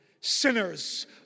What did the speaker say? Sinners